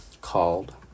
called